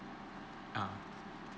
uh